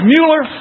Mueller